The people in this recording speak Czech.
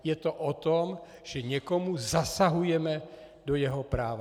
Je to o tom, že někomu zasahujeme do jeho práva.